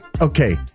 Okay